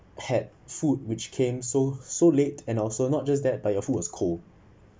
had food which came so so late and also not just that but your food was cold